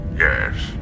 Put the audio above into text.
Yes